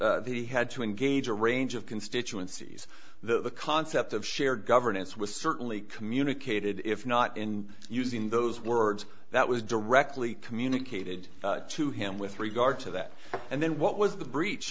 he had to engage a range of constituencies the concept of shared governance was certainly communicated if not in using those words that was directly communicated to him with regard to that and then what was the breach